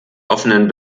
offenen